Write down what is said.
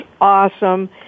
awesome